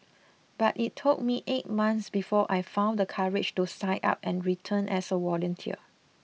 but it took me eight months before I found the courage to sign up and return as a volunteer